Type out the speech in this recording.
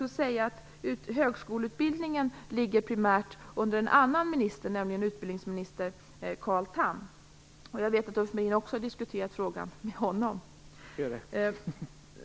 Men frågan om högskoleutbildningen ligger primärt under en annan minister, nämligen utbildningsminister Carl Tham. Jag vet att Ulf Melin diskuterat frågan också med honom.